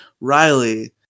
Riley